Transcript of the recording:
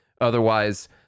otherwise